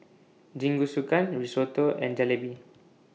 Jingisukan Risotto and Jalebi